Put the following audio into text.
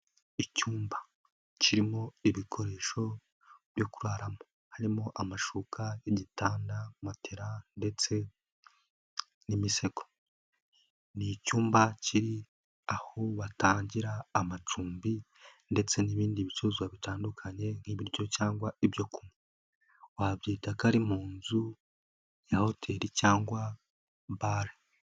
Icyumba kirimo ibikoresho byo kuraramo harimo amashuka y'igitanda, matera ndetse n'imisego, ni icyumba kiri aho batangira amacumbi ndetse n'ibindi bicuruzwa bitandukanye nk'ibiryo cyangwa ibyo kunywa, wabyita ko ari mu nzu ya hoteli cyangwa bare.